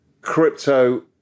crypto